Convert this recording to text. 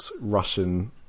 Russian